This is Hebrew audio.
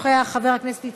חבר הכנסת מוזס,